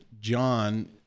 John